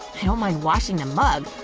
don't mind washing the mug,